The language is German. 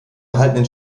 erhaltenen